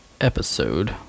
episode